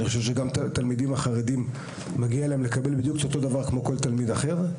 גם לתלמידים החרדים מגיע לקבל בדיוק אותו דבר כמו כל תלמיד אחר.